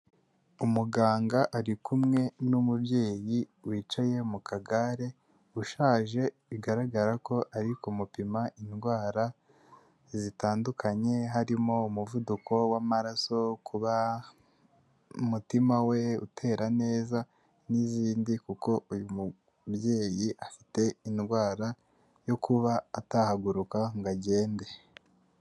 Umuganga ari kumwe n'umubyeyi wicaye mu kagare ushaje bigaragara ko ari kumupima indwara zitandukanye harimo umuvuduko w'amaraso, kuba umutima we utera neza n'izindi kuko uyu mubyeyi afite indwara yo kuba atahaguruka ngo agende.